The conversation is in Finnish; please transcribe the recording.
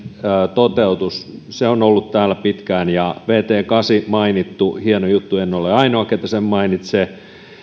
toteutus se on ollut täällä pitkään ja vt kahdeksan mainittu hieno juttu en ole ainoa kuka sen mainitsee